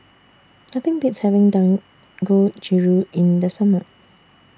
Nothing Beats having Dangojiru in The Summer